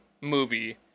movie